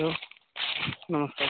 hello नमस्कार